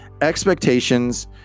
expectations